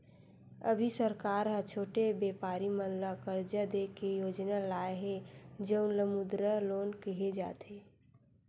अभी सरकार ह छोटे बेपारी मन ल करजा दे के योजना लाए हे जउन ल मुद्रा लोन केहे जाथे